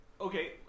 okay